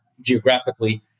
geographically